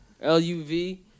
L-U-V